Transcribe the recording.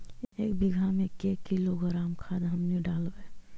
एक बीघा मे के किलोग्राम खाद हमनि डालबाय?